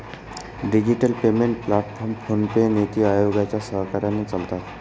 digital payment platform PhonePe, NITI आयोगाच्या सहकार्याने चालतात